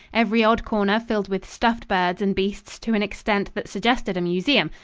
every odd corner filled with stuffed birds and beasts to an extent that suggested a museum,